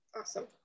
Awesome